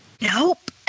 nope